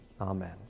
Amen